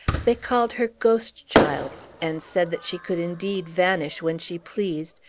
they called her ghost-child, and said that she could indeed vanish when she pleased,